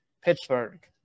Pittsburgh